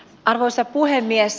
arvoisa puhemies